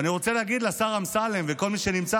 ואני רוצה להגיד לשר אמסלם ולכל מי שנמצא